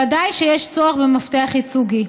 ודאי שיש צורך במפתח ייצוגי.